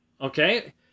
Okay